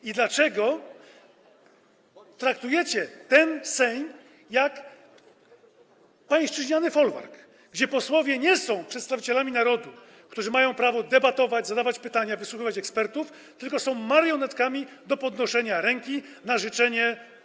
I dlaczego traktujecie ten Sejm jak pańszczyźniany folwark, gdzie posłowie nie są przedstawicielami narodu, którzy mają prawo debatować, zadawać pytania, wysłuchiwać ekspertów, tylko są marionetkami do podnoszenia ręki na życzenie.